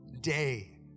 day